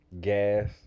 gas